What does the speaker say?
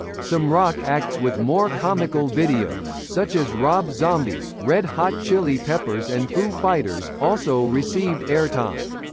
some rock acts with more comical videos, such as rob zombie, red hot chili peppers and foo fighters, also received airtime.